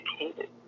educated